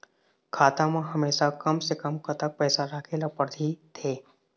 खाता मा हमेशा कम से कम कतक पैसा राखेला पड़ही थे?